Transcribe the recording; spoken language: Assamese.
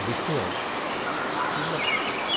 দেখুৱাই সেইবিলাক